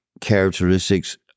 characteristics